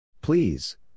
Please